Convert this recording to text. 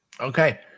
Okay